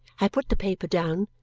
i put the paper down,